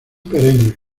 perennes